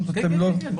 כן, כן.